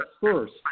first